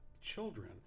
children